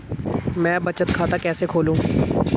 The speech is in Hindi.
मैं बचत खाता कैसे खोलूं?